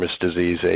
disease